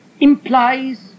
implies